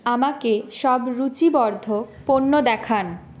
আমাকে সব রূচিবর্ধক পণ্য দেখান